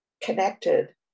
connected